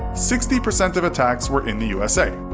sixty percent of attacks were in the usa.